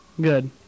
Good